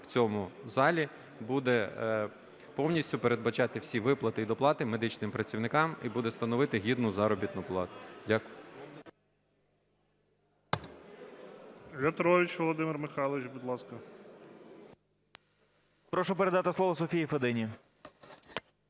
в цьому залі, буде повністю передбачати всі виплати і доплати медичним працівникам і буде становити гідну заробітну плату. Дякую.